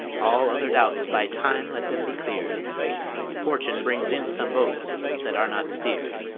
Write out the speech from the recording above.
all other doubts, by time let them be clear'd fortune brings in some boats that are not steer'd.